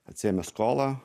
atsiėmė skolą